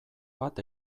bat